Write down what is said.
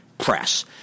press